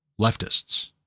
leftists